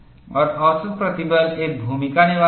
और औसत प्रतिबल एक भूमिका निभाता है